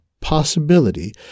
possibility